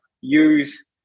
use